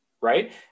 right